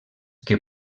que